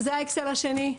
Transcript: זה האקסל השני.